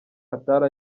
atari